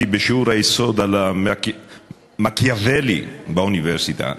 בשיעור היסוד על מקיאוולי באוניברסיטה,